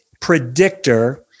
predictor